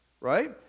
right